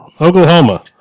Oklahoma